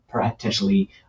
potentially